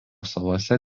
salose